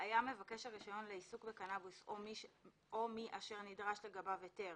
(ג)היה מבקש הרישיון לעיסוק בקנאבוס או מי אשר נדרש לגביו היתר